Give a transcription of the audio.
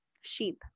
Sheep